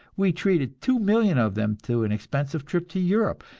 we treated two million of them to an expensive trip to europe,